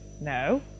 no